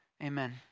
Amen